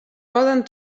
poden